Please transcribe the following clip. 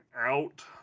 out